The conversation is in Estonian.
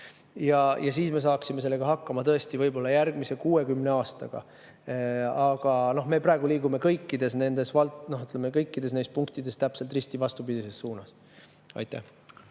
Siis me saaksime sellega hakkama võib-olla järgmise 60 aastaga. Aga me praegu liigume kõikides neis punktides täpselt vastupidises suunas. Leo